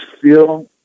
feel